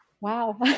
wow